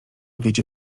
wiedzie